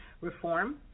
reform